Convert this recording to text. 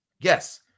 yes